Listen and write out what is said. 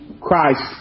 Christ